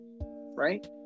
Right